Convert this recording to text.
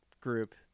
group